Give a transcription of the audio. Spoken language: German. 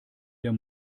der